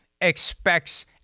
expects